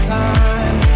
time